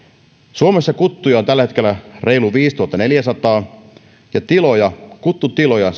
suomessa kuttuja on tällä hetkellä reilut viisituhattaneljäsataa ja kuttutiloja